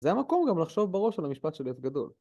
זה היה מקום גם לחשוב בראש על המשפט של יץ גדול.